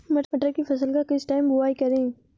मटर की फसल का किस टाइम बुवाई करें?